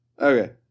Okay